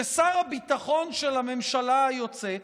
שר הביטחון של הממשלה היוצאת,